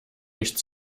nicht